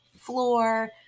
floor